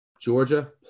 Georgia